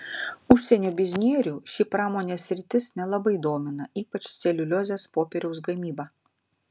užsienio biznierių ši pramonės sritis nelabai domina ypač celiuliozės popieriaus gamyba